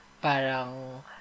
parang